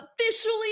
officially